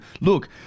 Look